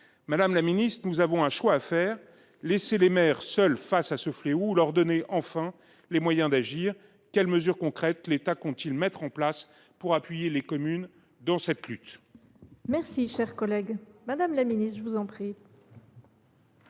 Madame la ministre, nous avons un choix à faire : laisser les maires seuls face à ce fléau ou leur donner enfin les moyens d’agir. Quelles mesures concrètes l’État compte t il mettre en place pour appuyer les communes dans cette lutte ? La parole est à Mme la ministre déléguée.